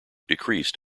decreased